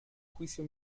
juicio